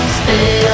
stay